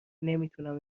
نمیتونم